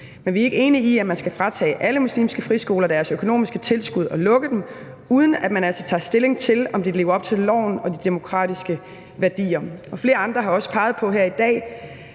Men vi er ikke enige i, at man skal fratage alle muslimske friskoler deres økonomiske tilskud og lukke dem, uden at man altså tager stilling til, om de lever op til loven og de demokratiske værdier. Flere andre har også peget på her i dag,